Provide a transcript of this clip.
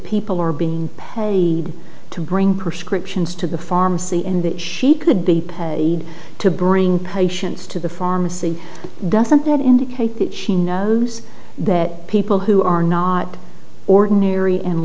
people are being paid to bring prescriptions to the pharmacy and that she could be paid to bring patients to the pharmacy doesn't that indicate that she knows that people who are not ordinary and